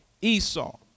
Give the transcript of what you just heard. Esau